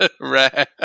Rare